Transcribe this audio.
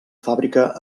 fàbrica